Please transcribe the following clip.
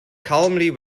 calmly